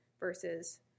Versus